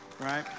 right